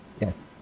Yes